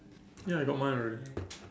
ya I got mine already